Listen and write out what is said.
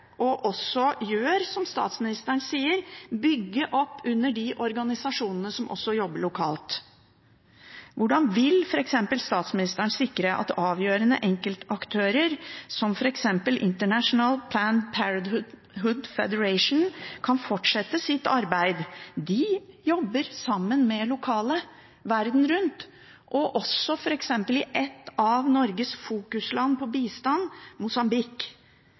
og også gjør som statsministeren sier: bygge opp under de organisasjonene som også jobber lokalt. Hvordan vil statsministeren sikre at avgjørende enkeltaktører som f.eks. International Planned Parenthood Federation kan fortsette sitt arbeid? De jobber sammen med lokale verden rundt, og også i et av Norges fokusland innen bistand, Mosambik.